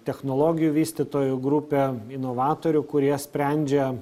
technologijų vystytojų grupė novatorių kurie sprendžia